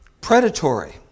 Predatory